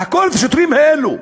לחקור את השוטרים האלו.